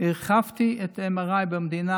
הרחבתי את ה-MRI במדינה